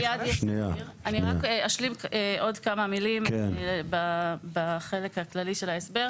אני אשלים עוד כמה מילים בחלק הכללי של ההסבר.